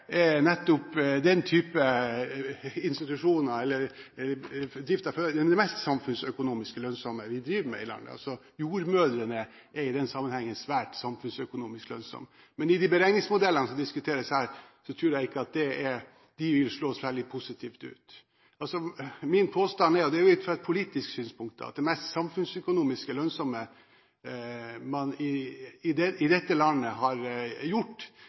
det mest samfunnsøkonomisk lønnsomme vi driver med her i landet. Jordmødrene er i den sammenheng svært samfunnsøkonomisk lønnsomme. Men i de beregningsmodellene som diskuteres her, tror jeg ikke at de vil slå særlig positivt ut. Min påstand er, og det er ut fra et politisk synspunkt, at det mest samfunnsøkonomisk lønnsomme man har gjort i dette landet i etterkrigstiden, er å utvikle den velferdsstaten vi har, og at vi har